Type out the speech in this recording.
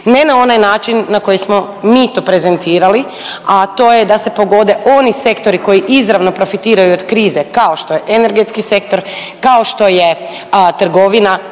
Ne na onaj način na koji smo mi to prezentirali, a to je da se pogode oni sektori koji izravno profitiraju od krize kao što je energetski sektor, kao što je trgovina